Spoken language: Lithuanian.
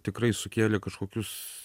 tikrai sukėlė kažkokius